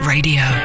Radio